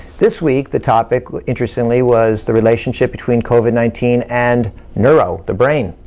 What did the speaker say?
this week, the topic, interestingly, was the relationship between covid nineteen and neuro, the brain.